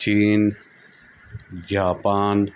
China Japan